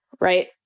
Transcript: right